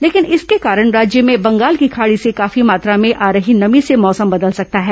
लेकिन इसके कारण राज्य में बंगाल की खाड़ी से काफी मात्रा में आ रही नमी से मौसम बदल सकता है